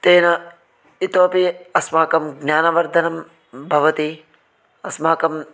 तेन इतोपि अस्माकं ज्ञानवर्दनं भवति अस्माकं